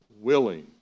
willing